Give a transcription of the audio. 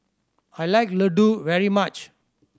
I like Ladoo very much